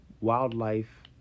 wildlife